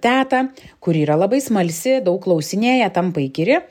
tetą kuri yra labai smalsi daug klausinėja tampa įkyri